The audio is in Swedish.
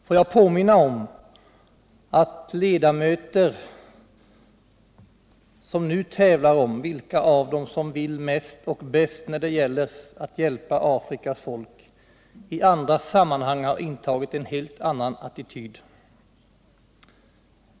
Låt mig därför vända mig till de ledamöter som nu tävlar om vilka av dem som vill mest och bäst när det gäller att hjälpa Afrikas folk och påminna dem om att de i andra sammanhang har intagit en helt annan attityd.